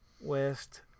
West